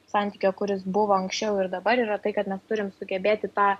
santykio kuris buvo anksčiau ir dabar yra tai kad mes turim sugebėti tą